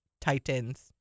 Titans